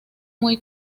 muy